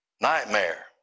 nightmare